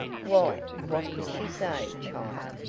why, what could she say, child?